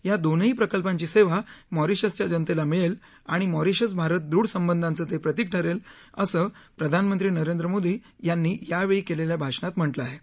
या दोनही प्रकल्पांची सेवा मॉरिशसच्या जनतेला मिळेल आणि मॉरिशस भारत दृढसंबंधांच ते प्रतिक ठरेल असं प्रधानमंत्री नरेंद्र मोदी यांनी यावेळी केलेल्या भाषणात म्हटलं आहें